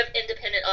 independent